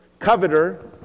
coveter